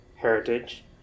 heritage